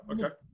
okay